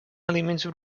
aliments